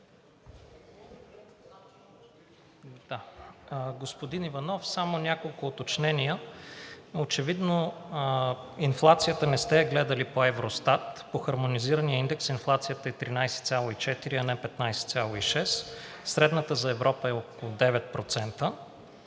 Господин Иванов, само няколко уточнения. Очевидно инфлацията не сте я гледали по Евростат. По хармонизирания индекс инфлацията е 13,4%, а не 15,6%. Средната за Европа е около 9%